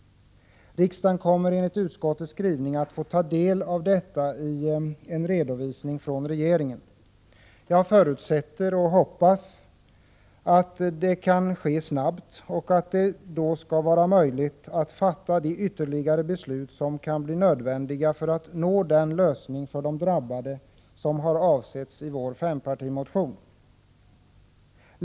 Riksdagen kommer enligt utskottets skrivning att få ta del av detta i en redovisning från regeringen. Jag förutsätter och hoppas att det kan ske snart och att det då skall vara möjligt att fatta de ytterligare beslut som kan bli nödvändiga för att nå den lösning för de drabbade som har avsetts i fempartimotionen.